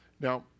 Now